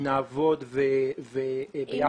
נעבוד יחד.